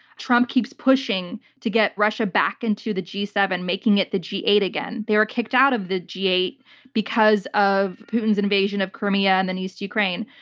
trump keeps pushing to get russia back into the g seven, making it the g eight again. again. they were kicked out of the g eight because of putin's invasion of crimea and then east ukraine.